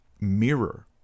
mirror